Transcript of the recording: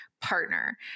partner